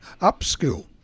upskill